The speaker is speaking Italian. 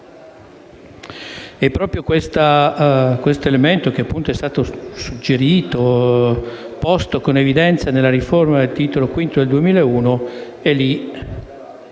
Proprio questo elemento, che è stato suggerito e posto con evidenza nella riforma del Titolo V del 2001, è lì